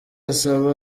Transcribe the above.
asaba